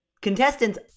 contestants